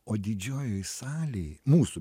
o didžiojoj salėj mūsų